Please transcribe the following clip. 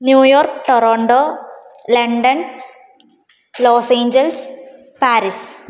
New York Toronto London Los Angeles Paris